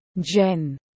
Jen